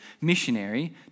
missionary